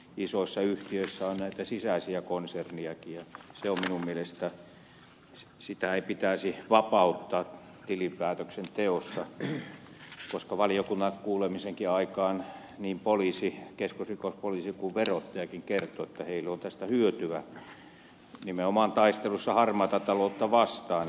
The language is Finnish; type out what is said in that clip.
isoissa yhtiöissä on näitä sisäisiä konsernejakin ja minun mielestäni niitä ei pitäisi vapauttaa tilinpäätöksen teosta koska valiokunnan kuulemisenkin aikaan niin poliisi keskusrikospoliisi kuin verottajakin kertoivat että heille on tästä hyötyä nimenomaan taistelussa harmaata taloutta vastaan